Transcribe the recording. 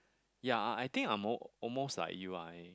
ya I I think I'm al~ almost like you I